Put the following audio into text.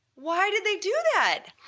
why did they do that!